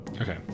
Okay